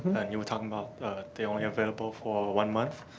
you were talking about they're only available for one month.